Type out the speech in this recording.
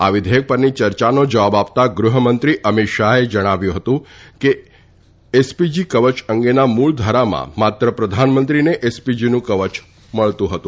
આ વિધેયક પરની યર્યાનો જવાબ આપતાં ગૃહમંત્રી અમિત શાહે જણાવ્યું હતું કે એક ઐસપીજી કવય અંગેના મુળ ધારામાં માત્ર પ્રધાનમંત્રીને એસપીજીનું કવય મળતુ હતું